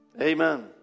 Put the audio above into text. Amen